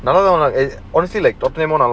I don't know lah honestly like top them